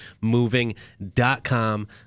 moving.com